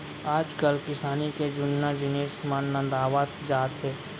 आजकाल किसानी के जुन्ना जिनिस मन नंदावत जात हें